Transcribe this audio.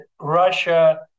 Russia